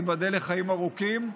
תיבדל לחיים ארוכים,